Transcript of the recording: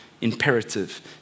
imperative